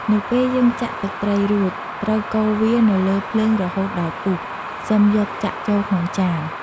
នៅពេលយើងចាក់ទឹកត្រីរួច ត្រូវកូរវាទៅលើភ្លើងរហូតដល់ពុះ សិមយកចាក់ចូលក្នុងចាន។